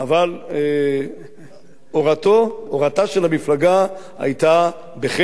אבל הורתה של המפלגה היתה בחטא,